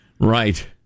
Right